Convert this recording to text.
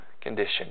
condition